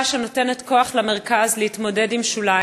שפה שנותנת כוח למרכז להתמודד עם השוליים,